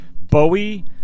Bowie